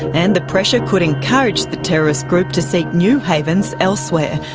and the pressure could encourage the terrorist group to seek new havens elsewhere,